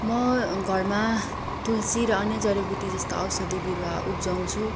म घरमा तुलसी र अन्य जडीबुटी जस्तो औषधी बिरुवा उब्जाउँछु